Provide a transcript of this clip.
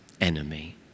enemy